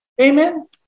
Amen